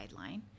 guideline